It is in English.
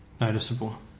noticeable